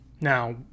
Now